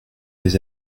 des